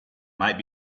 might